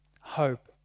hope